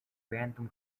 grantham